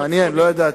מעניין, לא ידעתי.